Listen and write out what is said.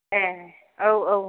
ए औ औ